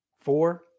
Four